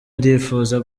ndifuza